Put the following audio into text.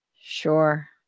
sure